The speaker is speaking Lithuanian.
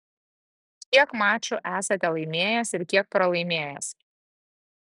kiek mačų esate laimėjęs ir kiek pralaimėjęs